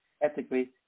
ethically